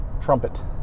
Trumpet